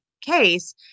case